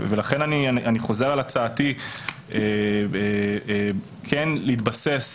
ולכן אני חוזר על הצעתי כן להתבסס